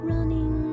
Running